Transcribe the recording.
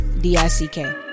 D-I-C-K